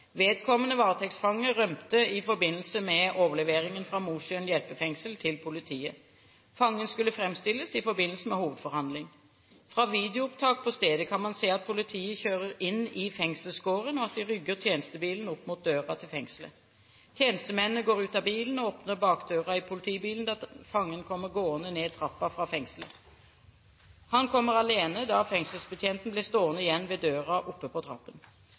Vedkommende varetektsfange rømte i forbindelse med overleveringen fra Mosjøen hjelpefengsel til politiet. Fangen skulle framstilles i forbindelse med hovedforhandling. Fra videoopptak på stedet kan man se at politiet kjører inn i fengselsgården, og at de rygger tjenestebilen opp mot døren til fengselet. Tjenestemennene går ut av bilen og åpner bakdøren i politibilen da fangen kommer gående ned trappen fra fengselet. Han kommer alene da fengselsbetjenten ble stående igjen ved døren oppe på trappen.